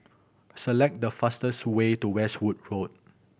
select the fastest way to Westwood Road